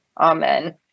Amen